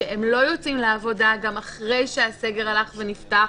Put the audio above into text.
שהם לא יוצאים לעבודה גם אחרי שהסגר הלך ונפתח,